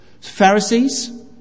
Pharisees